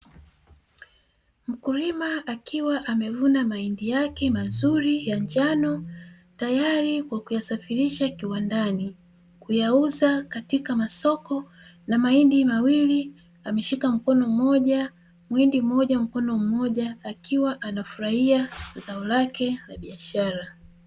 Mkulima akiwa amevuna mahindi yake mazuri ya njano tayari kwa kuyasafirisha kiwandani kuyauza katika masoko, na mahindi mawili ameshika mkono mmoja muhindi mmoja mkono mmoja akiwa anafurahia zao lake ya biashara.